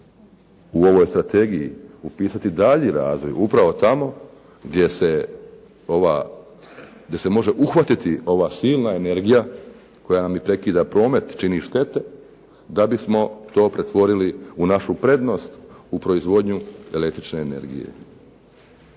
u ovoj strategiji upisati dalji razvoj upravo tamo gdje se može uhvatiti ova silna energija koja nam i prekida promet, čini štete da bismo to pretvorili u našu prednost u proizvodnju električne energije.